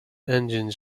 engines